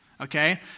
Okay